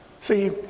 See